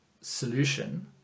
solution